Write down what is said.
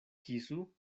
kisu